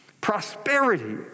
prosperity